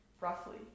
roughly